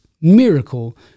miracle